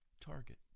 Target